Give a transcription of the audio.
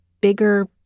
bigger